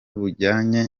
bujyanye